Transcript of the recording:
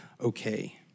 Okay